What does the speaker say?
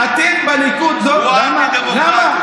למה?